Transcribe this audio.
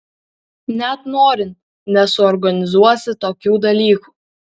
net norint nesuorganizuosi tokių dalykų